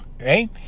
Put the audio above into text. right